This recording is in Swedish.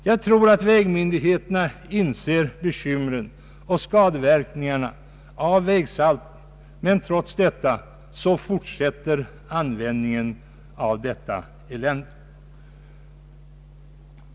Jag tror att vägmyndigheterna inser bekymren och skadeverkningarna av vägsaltet, men trots detta fortsätter användningen av detta elände.